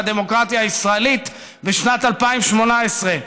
בדמוקרטיה הישראלית בשנת 2018,